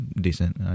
decent